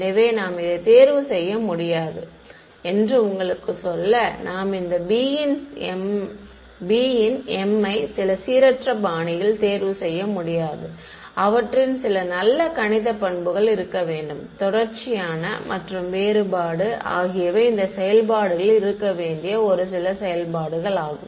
எனவே நாம் இதை தேர்வு செய்ய முடியாது என்று உங்களுக்குச் சொல்ல நாம் இந்த b ன் m ஐ சில சீரற்ற பாணியில் தேர்வு செய்ய முடியாது அவற்றில் சில நல்ல கணித பண்புகள் இருக்க வேண்டும் தொடர்ச்சியான மற்றும் வேறுபாடு ஆகியவை இந்த செயல்பாடுகளில் இருக்க வேண்டிய ஒரு சில செயல்பாடுகள் ஆகும்